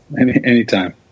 anytime